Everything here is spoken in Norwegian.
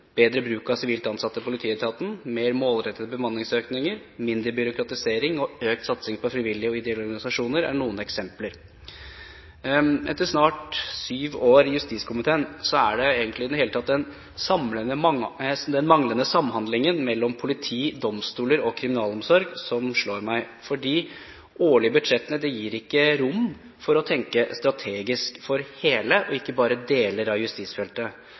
bedre bruk av sivilt ansatte i politietaten, mer målrettede bemanningsøkninger, mindre byråkratisering og økt satsing på frivillige og ideelle organisasjoner er noen eksempler. Etter snart syv år i justiskomiteen er det egentlig i det hele tatt den manglende samhandlingen mellom politi, domstoler og kriminalomsorgen som slår meg. De årlige budsjettene gir ikke rom for å tenke strategisk for hele og ikke bare deler av justisfeltet.